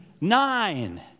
nine